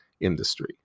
industry